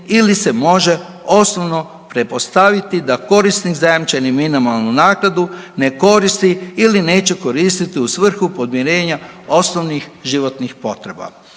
ili se može osnovno pretpostaviti da korisnik zajamčenu minimalnu naknadu ne koristi ili neće koristiti u svrhu podmirenja osnovnih životnih potreba.